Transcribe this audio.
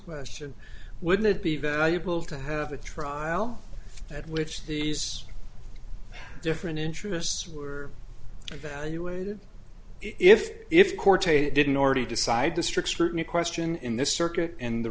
question wouldn't it be valuable to have a trial at which these different interests were evaluated if if court a didn't already decide the strict scrutiny question in this circuit and the